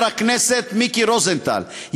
חבר הכנסת מיקי רוזנטל,